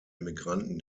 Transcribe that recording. emigranten